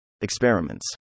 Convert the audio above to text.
Experiments